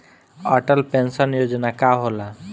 Atal pension Yojana का होला?